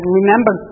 remember